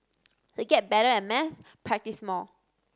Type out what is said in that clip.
to get better at maths practise more